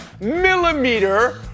millimeter